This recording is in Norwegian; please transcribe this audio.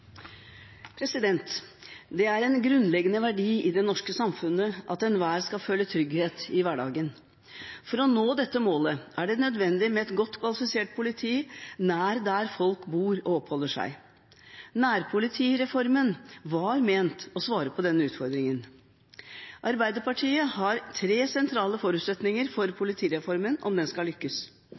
Det er en grunnleggende verdi i det norske samfunnet at enhver skal føle trygghet i hverdagen. For å nå dette målet er det nødvendig med et godt kvalifisert politi nær der folk bor og oppholder seg. Nærpolitireformen var ment å svare på denne utfordringen. Arbeiderpartiet har tre sentrale forutsetninger for politireformen, om den skal lykkes.